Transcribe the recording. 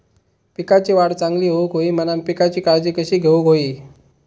पिकाची वाढ चांगली होऊक होई म्हणान पिकाची काळजी कशी घेऊक होई?